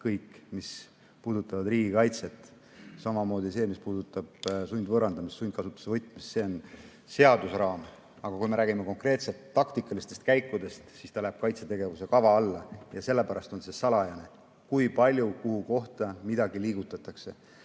mis puudutavad riigikaitset, samamoodi see, mis puudutab sundvõõrandamist ja sundkasutusse võtmist, selle seaduse raamistikus. Aga kui me räägime konkreetselt taktikalistest käikudest, siis see läheb kaitsetegevuse kava alla ja sellepärast on salajane, kui palju kuhu kohta midagi liigutatakse.